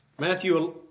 Matthew